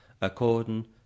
according